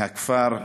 מהכפר כסרא-סמיע,